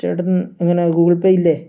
ചേട്ടൻ എങ്ങനെ Google Pay ഇല്ലേ